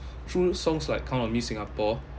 through songs like count on me singapore